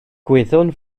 gwyddwn